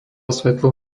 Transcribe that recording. svetlo